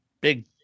big